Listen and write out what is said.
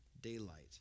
daylight